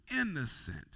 innocent